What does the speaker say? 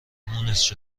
مونس